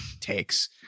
Takes